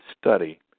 study